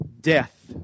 death